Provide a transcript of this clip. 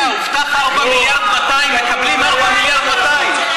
לאה, הובטחו 4.2 מיליארד ומקבלים 4.2 מיליארד.